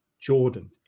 Jordan